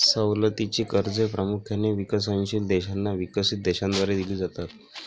सवलतीची कर्जे प्रामुख्याने विकसनशील देशांना विकसित देशांद्वारे दिली जातात